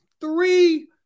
three